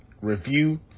review